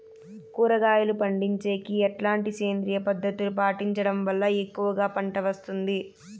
కూరగాయలు పండించేకి ఎట్లాంటి సేంద్రియ పద్ధతులు పాటించడం వల్ల ఎక్కువగా పంట వస్తుంది?